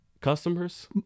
customers